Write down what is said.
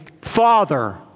Father